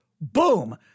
boom